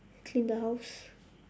clean the house